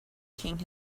king